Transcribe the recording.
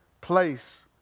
place